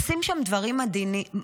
עושים שם דברים מדהימים,